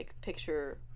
picture